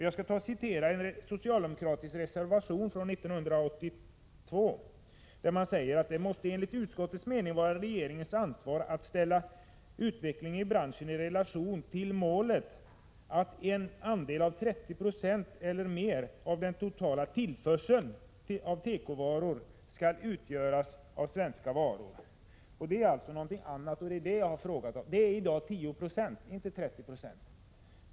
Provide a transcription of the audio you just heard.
Jag skall ta och citera en socialdemokratisk reservation från 1982: ”Det måste enligt utskottets mening vara regeringens ansvar att ställa utvecklingen i branschen i relation till målet att en andel av 30 96 eller mer av den totala tillförseln av tekovaror skall utgöras av svenska varor ——=.” Det är alltså någonting annat, och det är det jag har frågat om. 10 96 av tekoprodukterna är således svensktillverkade, inte 30 96.